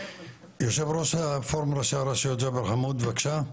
יושב ראש הפורם ראשי הרשויות ג'בר חמוד, בבקשה.